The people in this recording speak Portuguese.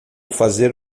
fazer